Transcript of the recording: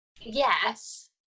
Yes